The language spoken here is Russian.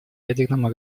ядерному